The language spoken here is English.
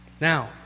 Now